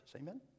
Amen